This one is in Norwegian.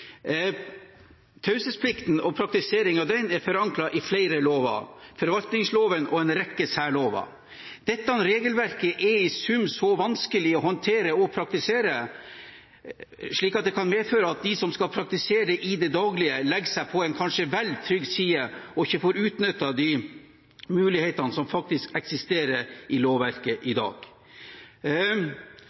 taushetsplikten. Taushetsplikten og praktiseringen av den er forankret i flere lover: forvaltningsloven og en rekke særlover. Dette regelverket er i sum så vanskelig å håndtere og praktisere at det kan medføre at de som skal praktisere det i det daglige, kanskje legger seg på en vel trygg side og ikke får utnyttet de mulighetene som faktisk eksisterer i lovverket i dag.